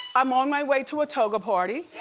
i'm on my way to a toga party.